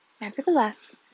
Nevertheless